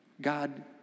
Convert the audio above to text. God